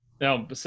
Now